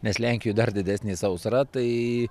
nes lenkijoj dar didesnė sausra tai